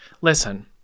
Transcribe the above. Listen